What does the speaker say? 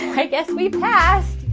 i guess we passed